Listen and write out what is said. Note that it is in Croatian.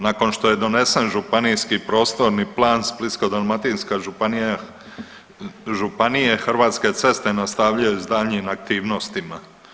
Nakon što je donesen županijski prostorni plan Splitsko-dalmatinska županije Hrvatske ceste nastavljaju sa daljnjim aktivnostima.